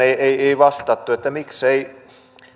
ei vastattu miksei